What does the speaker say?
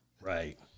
Right